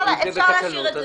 זה בתקנות.